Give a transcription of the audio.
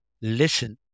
Listen